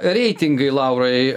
reitingai laurai